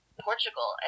Portugal